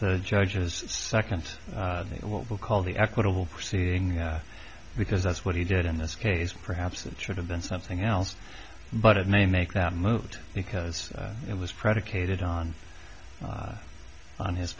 the judge's second what we call the equitable proceeding because that's what he did in this case perhaps it should have been something else but it may make that move because it was predicated on on his